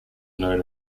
known